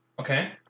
Okay